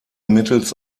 mittels